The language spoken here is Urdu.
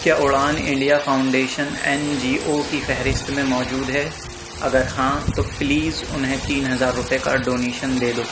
کیا Udaan India foundation N G O کی فہرست میں موجود ہے اگر ہاں تو پلیز انہیں تین ہزار روپئے کا ڈونیشن دے دو